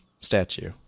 statue